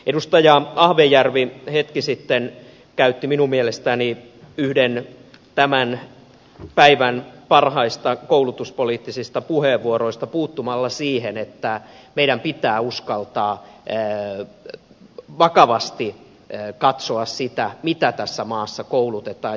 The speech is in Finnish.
edustaja ahvenjärvi hetki sitten käytti minun mielestäni yhden tämän päivän parhaista koulutuspoliittisista puheenvuoroista puuttumalla siihen että meidän pitää uskaltaa vakavasti katsoa sitä mitä tässä maassa koulutetaan